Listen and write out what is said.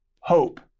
hope